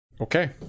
okay